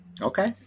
Okay